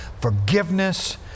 forgiveness